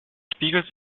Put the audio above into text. spiegelt